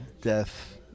death